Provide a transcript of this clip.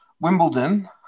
Wimbledon